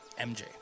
MJ